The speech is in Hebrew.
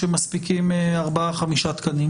אנחנו חושבים שאם אנחנו נותנים זכות כזאת,